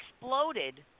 exploded